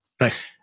Nice